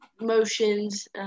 motions